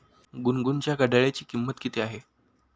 गुनगुनच्या घड्याळाची किंमत किती आहे?